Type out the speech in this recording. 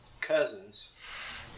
cousins